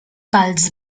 pels